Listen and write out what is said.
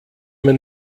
mir